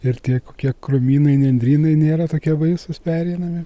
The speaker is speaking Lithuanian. ir tiek kiek krūmynai nendrynai nėra tokie baisūs pereinami